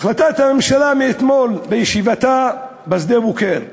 החלטת הממשלה מאתמול בישיבתה בשדה-בוקר,